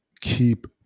keep